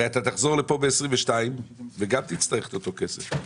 אתה הרי תחזור לכאן ב-2022 וגם תצטרך את אותו כסף.